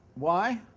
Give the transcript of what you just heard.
why?